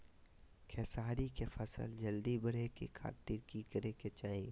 खेसारी के फसल जल्दी बड़े के खातिर की करे के चाही?